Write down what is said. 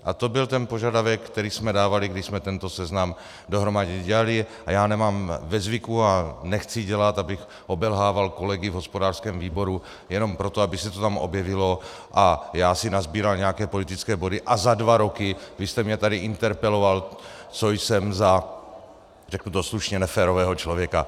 A to byl ten požadavek, který jsme dávali, když jsme tento seznam dohromady dělali, a já nemám ve zvyku a nechci dělat, abych obelhával kolegy v hospodářském výboru jenom proto, aby se to tam objevilo a já si nasbíral nějaké politické body, a za dva roky byste mě tady interpeloval, co jsem za, řeknu to slušně, neférového člověka.